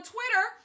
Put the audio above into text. Twitter